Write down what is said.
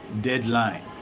deadline